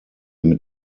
mit